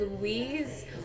Louise